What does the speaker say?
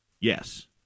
Yes